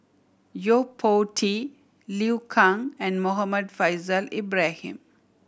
Yo Po Tee Liu Kang and Muhammad Faishal Ibrahim